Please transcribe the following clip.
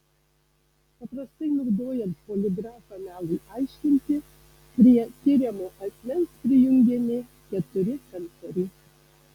paprastai naudojant poligrafą melui aiškinti prie tiriamo asmens prijungiami keturi sensoriai